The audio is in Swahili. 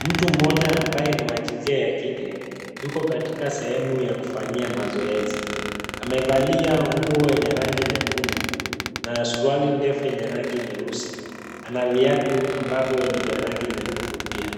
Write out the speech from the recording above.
Mtu mmoja ambaye ni wa jinsia ya kike yuko katika sehemu ya kufanyia mazoezi. Amevalia nguo yenye rangi nyekundu na suruali ndefu yenye rangi nyeusi. Ana viatu ambavyo ni za rangi nyekundu pia.